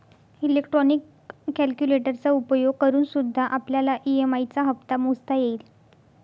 electronic कैलकुलेटरचा उपयोग करूनसुद्धा आपल्याला ई.एम.आई चा हप्ता मोजता येईल